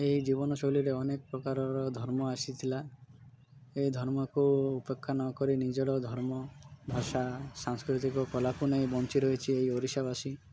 ଏହି ଜୀବନଶୈଳୀରେ ଅନେକ ପ୍ରକାରର ଧର୍ମ ଆସିଥିଲା ଏ ଧର୍ମକୁ ଉପେକ୍ଷା ନକରି ନିଜର ଧର୍ମ ଭାଷା ସାଂସ୍କୃତିକ କଳାକୁ ନେଇ ବଞ୍ଚି ରହିଛି ଏଇ ଓଡ଼ିଶାବାସୀ